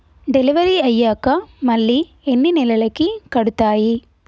Delivery అయ్యాక మళ్ళీ ఎన్ని నెలలకి కడుతాయి?